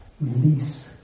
release